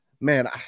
man